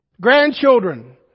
Grandchildren